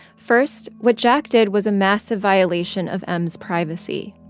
first, what jack did was a massive violation of m's privacy.